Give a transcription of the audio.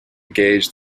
gauge